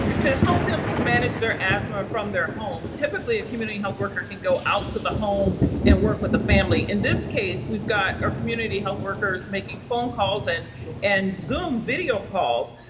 to help them to manage their asthma from their home. typically, a community health worker can go out to the home and work with the family. in this case, we've got our community health workers making phone calls and and zoom video calls.